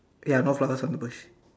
ya no flowers on the bush